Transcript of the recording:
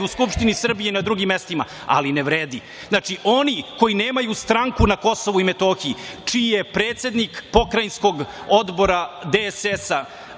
u Skupštini Srbije i na drugim mestima, ali ne vredi. Znači, oni koji nemaju stranku na Kosovu i Metohiji, čiji je predsednik pokrajinskog odbora DSS